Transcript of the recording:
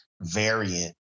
variant